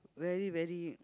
very very